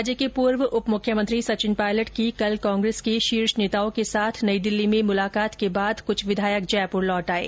राज्य के पूर्व उपमुख्यमंत्री सचिन पायलट की कल कांग्रेस के शीर्ष नेताओं के साथ नई दिल्ली में मुलाकात के बाद कुछ विधायक जयपुर लौट आये